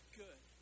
good